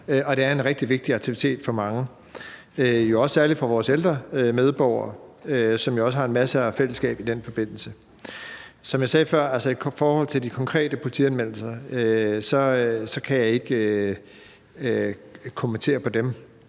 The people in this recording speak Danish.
Det er en rigtig vigtig aktivitet for mange og jo særlig for vores ældre medborgere, som også har en masse fællesskab i den forbindelse. Som jeg sagde før i forhold til de konkrete politianmeldelser, kan jeg ikke kommentere på dem,